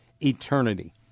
eternity